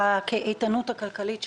האיתנות הכלכלית שלכם.